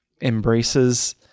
embraces